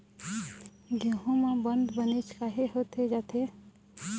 गेहूं म बंद बनेच काहे होथे जाथे?